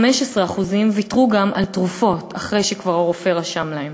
15% ויתרו גם על תרופות, אחרי שכבר הרופא רשם להם.